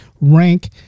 rank